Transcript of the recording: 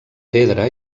pedra